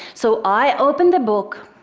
so i open the book